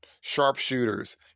sharpshooters